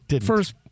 first